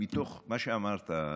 מתוך מה שאמרת,